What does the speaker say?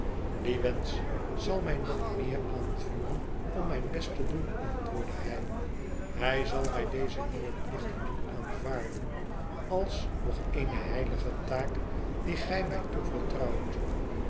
die wensch zal mij nog meer aanvuren om mijn best te doen antwoordde hij hij zal mij deze nieuwe plichten doen aanvaarden als nog eene heilige taak die gij mij toevertrouwt